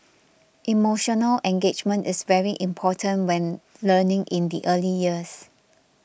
emotional engagement is very important when learning in the early years